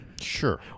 sure